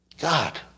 God